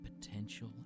potential